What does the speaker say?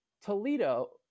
Toledo